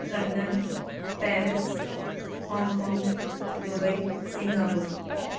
London Paris Hong Kong Dubai Singapore